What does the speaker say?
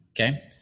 Okay